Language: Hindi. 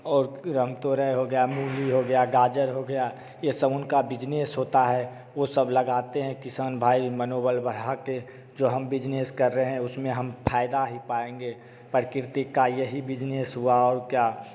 और रमतोरई हो गया मूली हो गया गाजर हो गया ये सब उनका बिज़नेस होता है ओ सब लगाते हैं किसान भाई मनोबल बढ़ा के जो हम बिजनेस कर रहे हैं उसमें हम फायदा ही पाएँगे प्रकृति का यही बिजनेस हुआ और क्या